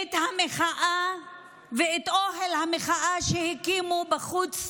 את המחאה ואת אוהל המחאה שהקימו בחוץ,